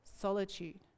solitude